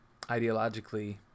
ideologically